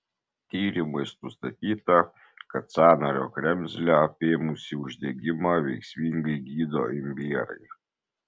tyrimais nustatyta kad sąnario kremzlę apėmusį uždegimą veiksmingai gydo imbierai